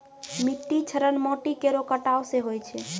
मिट्टी क्षरण माटी केरो कटाव सें होय छै